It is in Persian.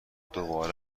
دوباره